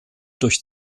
durch